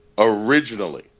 Originally